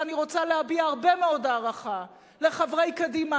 ואני רוצה להביע הרבה מאוד הערכה לחברי קדימה